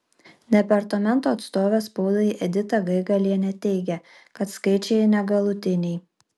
departamento atstovė spaudai edita gaigalienė teigia kad skaičiai negalutiniai